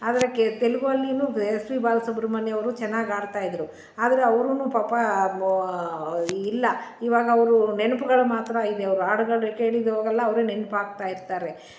ಆದರೆ ಕೆ ತೆಲ್ಗುವಲ್ಲಿನೂ ಎಸ್ ಪಿ ಬಾಲ ಸುಬ್ರಹ್ಮಣ್ಯ ಅವರು ಚೆನ್ನಾಗಿ ಆಡ್ತಾಯಿದ್ರು ಆದರೆ ಅವ್ರುನೂ ಪಾಪ ಇಲ್ಲ ಇವಾಗ ಅವರೂ ನೆನ್ಪುಗಳು ಮಾತ್ರ ಇವೆ ಅವ್ರು ಹಾಡ್ಗಳು ಕೇಳಿದಾಗೆಲ್ಲಾ ಅವರೇ ನೆನ್ಪು ಆಗ್ತಾಯಿರ್ತಾರೆ